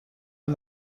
های